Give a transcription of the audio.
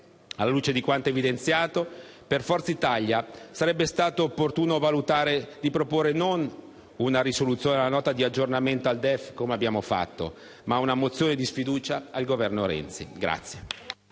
Alla luce di quanto evidenziato, per Forza Italia sarebbe stato opportuno valutare di proporre non una risoluzione alla Nota di aggiornamento al DEF - come abbiamo fatto - ma una mozione di sfiducia al Governo.